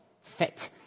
fit